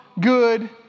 good